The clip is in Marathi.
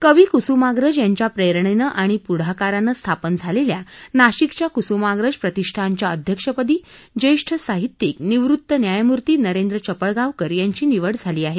कवी कुसुमाग्रज यांच्या प्रेरणेनं आणि पुढाकारानं स्थापन झालेल्या नाशिकच्या कुसुमाग्रज प्रतिष्ठानच्या अध्यक्षपदी ज्येष्ठ साहित्यिक निवृत्त न्यायमूर्ती नरेंद्र चपळगावकर यांची निवड झाली आहे